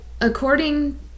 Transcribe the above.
according